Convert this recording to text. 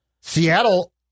Seattle